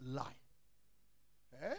lie